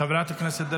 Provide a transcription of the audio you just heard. חבר הכנסת אושר שקלים,